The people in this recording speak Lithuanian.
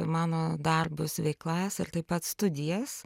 mano darbus veiklas ir taip pat studijas